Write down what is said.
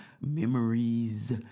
memories